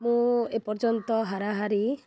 ମୁଁ ଏ ପର୍ଯ୍ୟନ୍ତ ହାରାହାରି